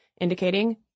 indicating